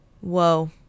whoa